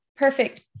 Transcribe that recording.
Perfect